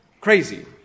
crazy